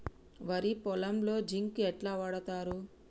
వరి పొలంలో జింక్ ఎట్లా వాడుతరు?